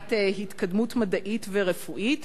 מבחינת התקדמות מדעית ורפואית,